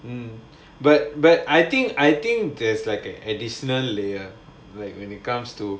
mm but but I think I think there's like an additional layer like when it comes to